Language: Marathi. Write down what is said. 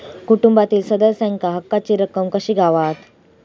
कुटुंबातील सदस्यांका हक्काची रक्कम कशी गावात?